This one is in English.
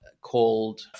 called